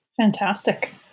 Fantastic